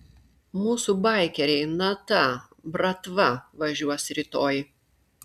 mūsų baikeriai na ta bratva važiuos rytoj